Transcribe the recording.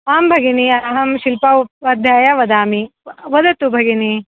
आं भगिनि अहं शिल्प उपाद्ध्याय वदामि वदतु भगिनि